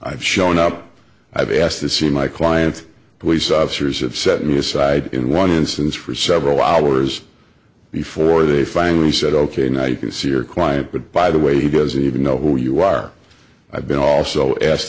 i've shown up i've asked to see my clients police officers have set me aside in one instance for several hours before they finally said ok now you can see your client but by the way he doesn't even know who you are i've been also asked